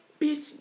Bitch